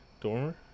Dormer